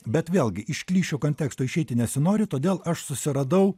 bet vėlgi iš klišių konteksto išeiti nesinori todėl aš susiradau